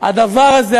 הדבר הזה,